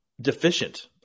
deficient